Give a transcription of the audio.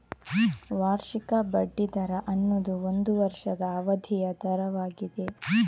ವಾರ್ಷಿಕ ಬಡ್ಡಿ ದರ ಅನ್ನುದು ಒಂದು ವರ್ಷದ ಅವಧಿಯ ದರವಾಗಿದೆ